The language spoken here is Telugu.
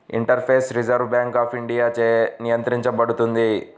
ఇంటర్ఫేస్ రిజర్వ్ బ్యాంక్ ఆఫ్ ఇండియాచే నియంత్రించబడుతుంది